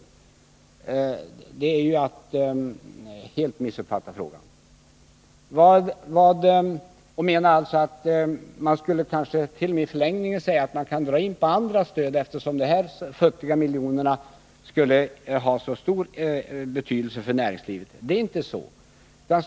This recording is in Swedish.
Men det är ju att helt missuppfatta frågan och i förlängningen mena att man t.o.m. kan dra in på andra stödformer, eftersom de här futtiga miljonerna skulle ha så stor betydelse för näringslivet. Det är inte på det sättet.